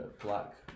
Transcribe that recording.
black